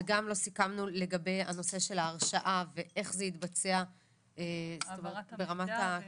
וגם לא סיכמנו לגבי הנושא של ההרשעה ואיך זה יתבצע ברמת העברת המידע.